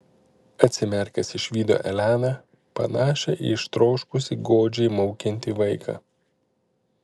atsimerkęs išvydo eleną panašią į ištroškusį godžiai maukiantį vaiką